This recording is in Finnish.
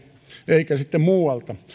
eikä sitten muualta